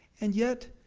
and yet,